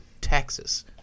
taxes